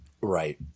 Right